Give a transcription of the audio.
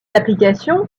applications